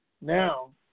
now